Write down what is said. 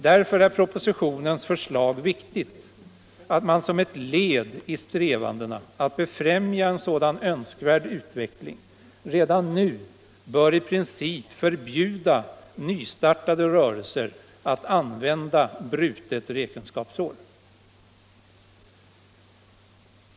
Därför är propositionens förslag viktigt, att man som ett led i strävandena att befrämja en sådan önskvärd utveckling redan nu bör i princip förbjuda nystartade rörelser att använda brutet räkenskapsår.